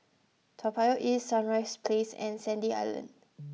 Toa Payoh East Sunrise Place and Sandy Island